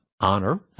honor